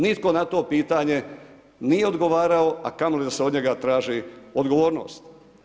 Nitko na to pitanje nije odgovarao a kamoli da se od njega traži odgovornost.